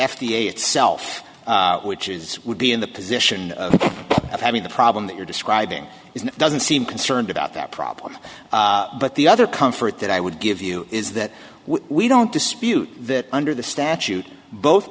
a itself which is would be in the position of having the problem that you're describing it doesn't seem concerned about that problem but the other comfort that i would give you is that we don't dispute that under the statute both